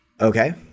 okay